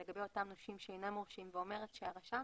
לגבי אותם נושים שאינם מורשים ואומרת שהרשם